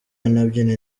anabyina